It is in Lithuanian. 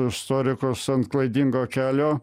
istorikus ant klaidingo kelio